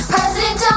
President